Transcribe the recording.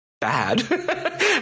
bad